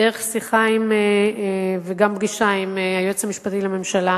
דרך שיחה וגם פגישה עם היועץ המשפטי לממשלה,